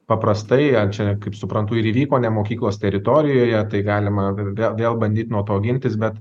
paprastai ar čia kaip suprantu ir įvyko ne mokyklos teritorijoje tai galima vė vėl bandyt nuo to gintis bet